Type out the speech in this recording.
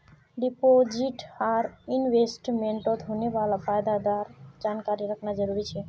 deposit आर इन्वेस्टमेंटत होने वाला फायदार जानकारी रखना जरुरी छे